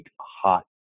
hot